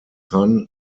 son